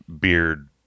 beard